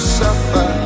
suffer